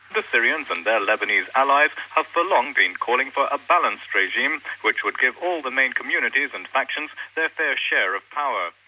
the syrians and their lebanese allies have ah for long been calling for a balanced regime which would give all the main communities and factions their fair share of power.